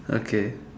okay